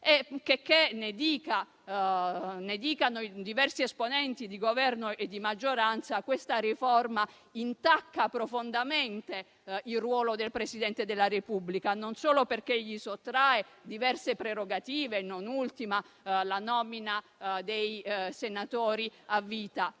Checché ne dicano diversi esponenti di Governo e di maggioranza, questa riforma intacca profondamente il ruolo del Presidente della Repubblica, non solo perché gli sottrae diverse prerogative (non ultima la nomina dei senatori a vita),